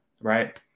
right